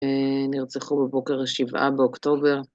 נרצחו בבוקר השבעה באוקטובר.